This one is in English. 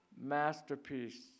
masterpiece